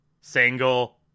single